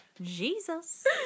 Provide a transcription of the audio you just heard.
jesus